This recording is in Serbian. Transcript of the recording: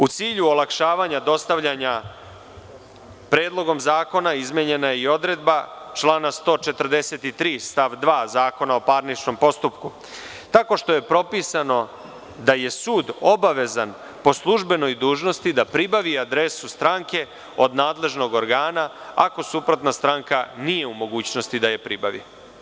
U cilju olakšavanja dostavljanja, Predlogom zakona izmenjena je i odredba člana 143. stav 2. Zakona o parničnom postupku tako što je propisano da je sud obavezan po službenoj dužnosti da pribavi adresu stranke od nadležnog organa ako suprotna stranka nije u mogućnosti da je pribavi.